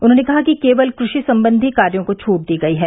उन्होंने कहा कि केवल कृषि संबंधी कार्यों को छूट दी गयी है